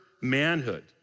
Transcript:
manhood